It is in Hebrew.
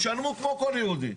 תשלמו כמו כל יהודי.